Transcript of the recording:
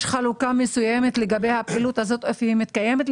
יש חלוקה, היכן הפעילות הזו מתקיימת?